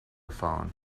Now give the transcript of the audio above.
phone